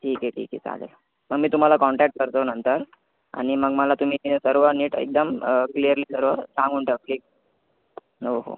ठीक आहे ठीक आहे चालेल मग मी तुम्हाला कॉन्टॅक करतो नंतर आणि मग मला तुम्ही सर्व नीट एकदम क्लियरली सर्व सांगून ठेवा की हो हो